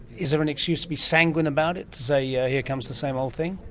is there an excuse to be sanguine about it, to say yeah here comes the same old thing?